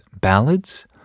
ballads